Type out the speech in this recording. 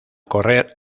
correr